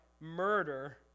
murder